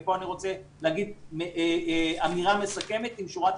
פה אני רוצה להגיד אמירה מסכמת עם שורה תחתונה.